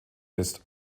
ist